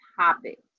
topics